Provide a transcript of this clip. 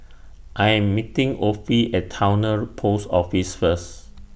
I Am meeting Offie At Towner Post Office First